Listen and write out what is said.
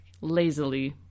lazily